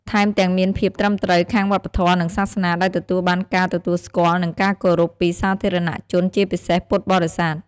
ថែមទាំងមានភាពត្រឹមត្រូវខាងវប្បធម៌ និងសាសនា ដែលទទួលបានការទទួលស្គាល់ និងការគោរពពីសាធារណជន ជាពិសេសពុទ្ធបរិស័ទ។